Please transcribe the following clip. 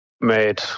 made